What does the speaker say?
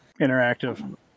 Interactive